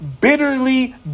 bitterly